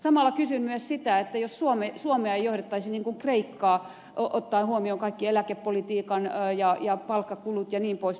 samalla kysyn myös sitä että jos suomea ei johdettaisi niin kuin kreikkaa ottaen huomioon kaikki eläkepolitiikka ja palkkakulut jnp